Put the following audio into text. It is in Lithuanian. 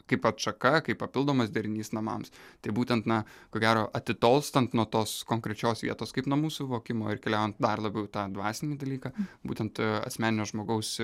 kaip atšaka kaip papildomas derinys namams tai būtent na ko gero atitolstant nuo tos konkrečios vietos kaip namų suvokimo ir keliaujant dar labiau į tą dvasinį dalyką būtent asmeninio žmogaus